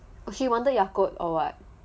she wanted yakult or what